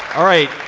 all right